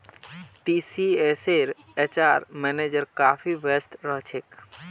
टीसीएसेर HR manager काफी व्यस्त रह छेक